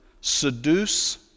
seduce